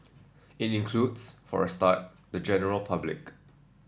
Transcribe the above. it includes for a start the general public